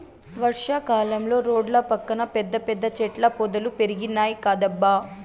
వర్షా కాలంలో రోడ్ల పక్కన పెద్ద పెద్ద చెట్ల పొదలు పెరిగినాయ్ కదబ్బా